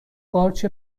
قارچ